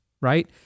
right